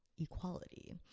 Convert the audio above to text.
equality